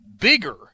bigger